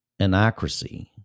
anocracy